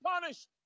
punished